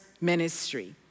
Ministry